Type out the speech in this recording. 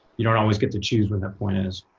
you don't always get to choose when that point is.